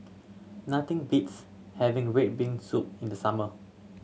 nothing beats having red bean soup in the summer